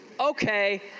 Okay